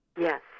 Yes